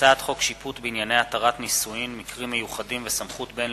הצעת חוק שיפוט בענייני התרת נישואין (מקרים מיוחדים וסמכות בין-לאומית)